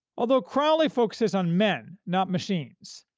although crowley focuses on men, not machines,